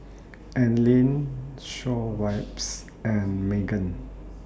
Anlene Schweppes and Megan